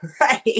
Right